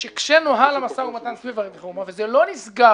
שכשנוהל המשא ומתן סביב הרפורמה וזה לא נסגר